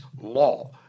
law